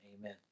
Amen